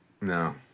No